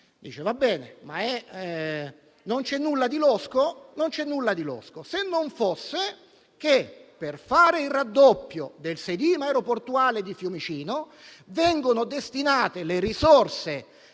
di cinque piste. Si può dire che non c'è nulla di losco, se non fosse che per fare il raddoppio del sedime aeroportuale di Fiumicino vengono destinate le risorse